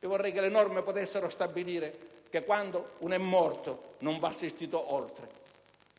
Vorrei che le norme potessero stabilire che quando uno è morto non va assistito oltre.